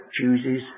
chooses